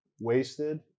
wasted